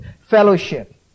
fellowship